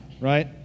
right